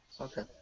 Okay